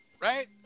Right